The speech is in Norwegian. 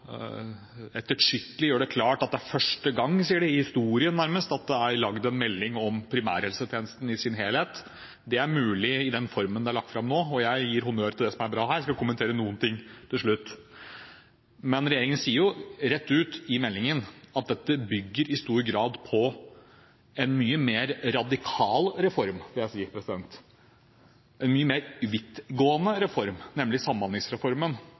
det klart at det er første gang, sier de – i historien, nærmest – at det er laget en melding om primærhelsetjenesten i sin helhet. Det er mulig i den formen det er lagt fram nå, og jeg gir honnør til det som er bra her. Jeg skal kommentere noen ting til slutt. Regjeringen sier rett ut i meldingen at dette i stor grad bygger på en mye mer radikal reform, vil jeg si, en mye mer vidtgående reform, nemlig samhandlingsreformen